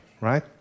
right